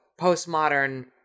postmodern